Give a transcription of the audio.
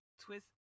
twist